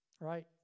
Right